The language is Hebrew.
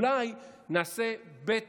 ואולי נעשה בית